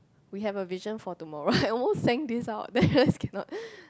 we have a vision for tomorrow I almost sang this out then I realised cannot